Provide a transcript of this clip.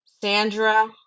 Sandra